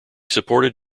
supported